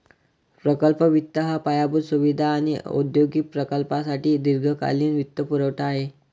प्रकल्प वित्त हा पायाभूत सुविधा आणि औद्योगिक प्रकल्पांसाठी दीर्घकालीन वित्तपुरवठा आहे